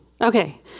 Okay